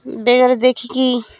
ବ୍ୟାଗ୍ରେ ଦେଖିକି